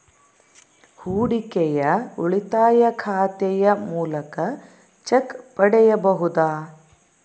ಹೂಡಿಕೆಯ ಉಳಿತಾಯ ಖಾತೆಯ ಮೂಲಕ ಚೆಕ್ ಪಡೆಯಬಹುದಾ?